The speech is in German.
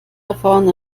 davon